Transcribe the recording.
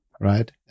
right